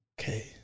Okay